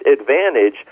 advantage